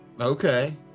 Okay